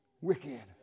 wicked